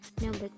Number